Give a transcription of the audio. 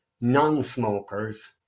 non-smokers